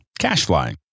Cashfly